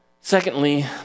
Secondly